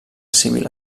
civil